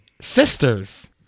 sisters